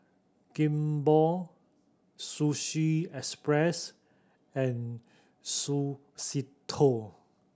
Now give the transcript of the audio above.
Kimball Sushi Express and Suavecito